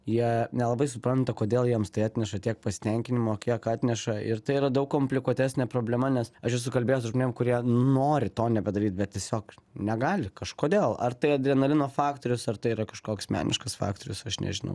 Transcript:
jie nelabai supranta kodėl jiems tai atneša tiek pasitenkinimo kiek atneša ir tai yra daug komplikuotesnė problema nes aš esu kalbėjęs su žmonėm kurie nu nori to nepadaryt bet tiesiog negali kažkodėl ar tai adrenalino faktorius ar tai yra kažkoks meniškas faktorius aš nežinau